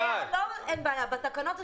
הרי אף אחד לא יכול לצבוע את זה.